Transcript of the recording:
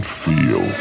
feel